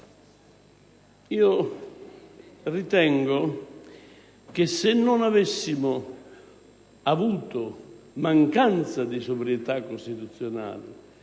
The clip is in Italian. Ritengo che se non avessimo avuto mancanza di sobrietà costituzionale